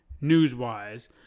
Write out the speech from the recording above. news-wise